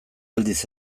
aldiz